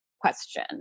question